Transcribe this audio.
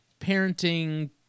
parenting